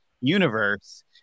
universe